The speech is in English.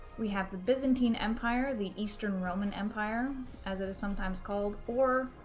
we have the byzantine empire, the eastern roman empire as it is sometimes called, or,